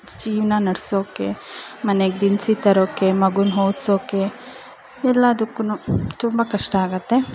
ಜೀವನ ನಡೆಸೋಕೆ ಮನೆಗೆ ದಿನಸಿ ತರೋಕೆ ಮಗುನ ಓದ್ಸೋಕೆ ಎಲ್ಲದಕ್ಕೂ ತುಂಬ ಕಷ್ಟ ಆಗುತ್ತೆ